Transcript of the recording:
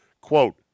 Quote